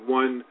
one